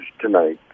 tonight